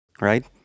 Right